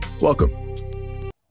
Welcome